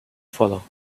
follow